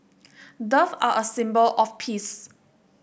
doves are a symbol of peace